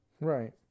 Right